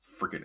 freaking